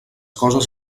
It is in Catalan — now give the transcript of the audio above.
coses